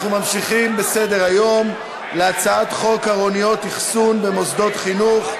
אנחנו ממשיכים בסדר-היום להצעת חוק ארוניות אחסון במוסדות חינוך,